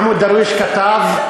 מחמוד דרוויש כתב,